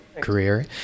career